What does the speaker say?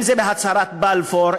אם בהצהרת בלפור,